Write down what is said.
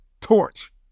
torch